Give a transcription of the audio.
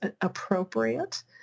appropriate